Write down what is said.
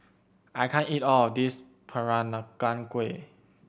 I can't eat all of this Peranakan Kueh